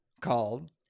called